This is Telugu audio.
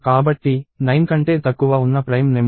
కాబట్టి 9 కంటే తక్కువ ఉన్న ప్రైమ్ నెంబర్ లు ఏమిటి